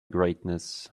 greatness